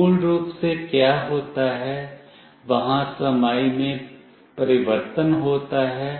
मूल रूप से क्या होता है वहाँ समाई में परिवर्तन होता है